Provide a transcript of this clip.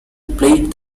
played